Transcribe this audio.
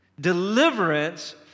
Deliverance